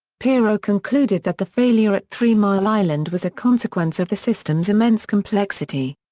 perrow concluded that the failure at three mile island was a consequence of the system's immense complexity.